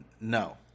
no